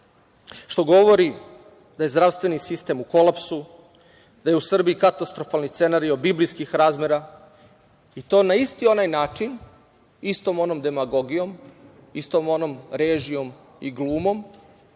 što govori da je zdravstveni sistem u kolapsu, da je u Srbiji katastrofalni scenario biblijskih razmera, i to na isti onaj način, istom onom demagogijom, istom onom režijom i glumom